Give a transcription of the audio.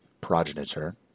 progenitor